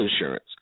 insurance